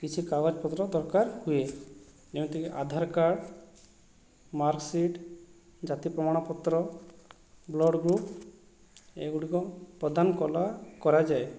କିଛି କାଗଜପତ୍ର ଦରକାର ହୁଏ ଯେମିତି କି ଆଧାର କାର୍ଡ଼ ମାର୍କ ସିଟ୍ ଜାତି ପ୍ରମାଣପତ୍ର ବ୍ଲଡ଼ ଗ୍ରୁପ ଏଗୁଡ଼ିକ ପ୍ରଦାନ କଲା କରାଯାଏ